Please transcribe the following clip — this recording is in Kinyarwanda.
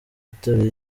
ateruye